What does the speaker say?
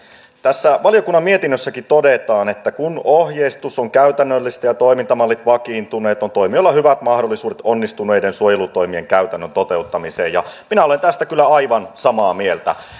tässä valiokunnan mietinnössäkin todetaan että kun ohjeistus on käytännöllistä ja toimintamallit vakiintuneet on toimijoilla hyvät mahdollisuudet onnistuneiden suojelutoimien käytännön toteuttamiseen ja minä olen tästä kyllä aivan samaa mieltä